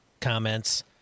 comments